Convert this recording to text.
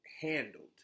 handled